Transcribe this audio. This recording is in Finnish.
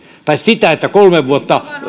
tai että kolme vuotta